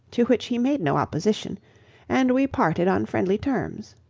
to which he made no opposition and we parted on friendly terms.